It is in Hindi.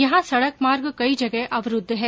यहा सड़क मार्ग कई जगह अवरूध है